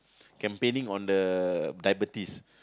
campaigning on the diabetes